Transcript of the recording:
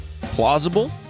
plausible